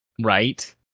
Right